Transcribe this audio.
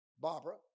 Barbara